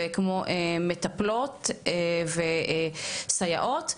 וכמו מטפלות וסייעות,